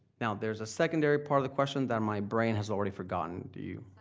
now, there's a secondary part of the question that my brain has already forgotten. do you